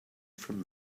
from